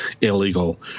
illegal